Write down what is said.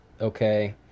okay